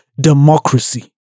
democracy